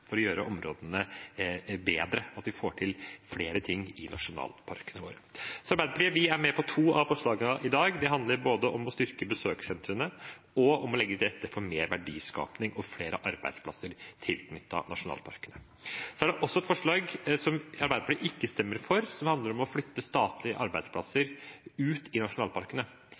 områdene bedre, at vi får til flere ting i nasjonalparkene våre. Arbeiderpartiet er med på to av forslagene i dag. De handler om å styrke besøkssentrene og om å legge til rette for mer verdiskaping og flere arbeidsplasser tilknyttet nasjonalparkene. Så er det også et forslag Arbeiderpartiet ikke stemmer for, som handler om å flytte statlige arbeidsplasser ut i nasjonalparkene.